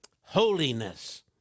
Holiness